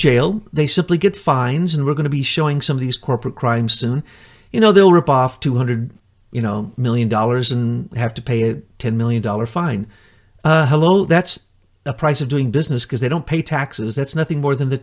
jail they simply get fines and we're going to be showing some of these corporate crime soon you know they'll rip off two hundred you know million dollars in have to pay a ten million dollar fine hello that's the price of doing business because they don't pay taxes that's nothing more than the